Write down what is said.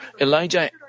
Elijah